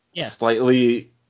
slightly